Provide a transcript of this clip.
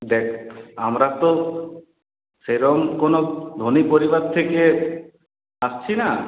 দেখ আমরা তো সেরকম কোনো ধনী পরিবার থেকে আসছি না